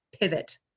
pivot